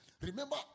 Remember